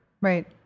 right